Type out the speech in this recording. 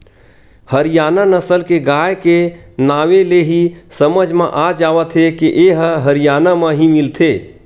हरियाना नसल के गाय के नांवे ले ही समझ म आ जावत हे के ए ह हरयाना म ही मिलथे